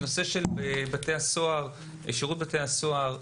בנושא שירות בתי הסוהר,